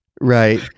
Right